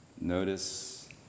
Notice